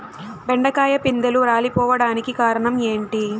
బెండకాయ పిందెలు రాలిపోవడానికి కారణం ఏంటి?